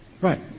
Right